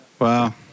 Wow